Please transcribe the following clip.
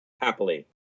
happily